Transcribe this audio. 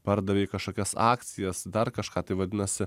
pardavei kažkokias akcijas dar kažką tai vadinasi